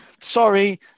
Sorry